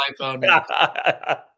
iPhone